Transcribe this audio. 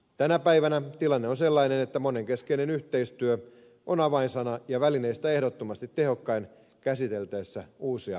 tänä päivänä tilanne on sellainen että monenkeskinen yhteistyö on avainsana ja välineistä ehdottomasti tehokkain käsiteltäessä uusia turvallisuusuhkia